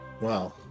Wow